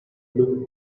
blue